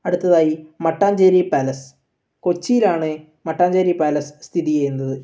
അടുത്തയായി Mattancherry palace കൊച്ചിയിലാണ് Mattancherry palace സ്ഥിതി ചെയ്യുന്നത്